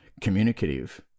communicative